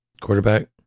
quarterback